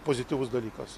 pozityvus dalykas